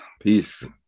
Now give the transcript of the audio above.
Peace